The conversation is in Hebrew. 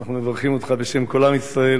ואנחנו מברכים אותך בשם כל עם ישראל,